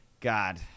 God